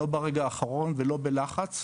לא ברגע האחרון ולא בלחץ,